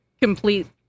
complete